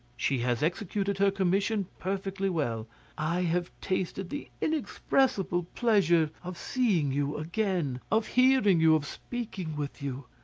she has executed her commission perfectly well i have tasted the inexpressible pleasure of seeing you again, of hearing you, of speaking with you.